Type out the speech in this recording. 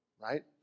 right